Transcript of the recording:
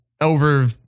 over